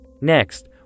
Next